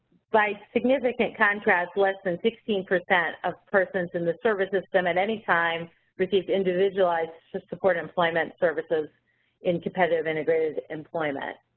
by significant contrast less than sixteen percent of persons in the service system at any time received individualized so support employment services in competitive integrated employment.